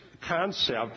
concept